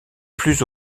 plus